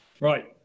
right